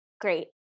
Great